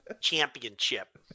Championship